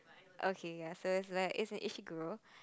okay ya so is like is a Ishiguro